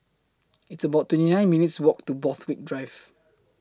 It's about twenty nine minutes' Walk to Borthwick Drive